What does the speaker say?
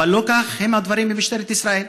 אבל לא כך הם הדברים במשטרת ישראל,